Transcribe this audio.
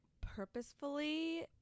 purposefully